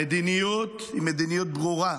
המדיניות היא מדיניות ברורה,